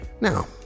Now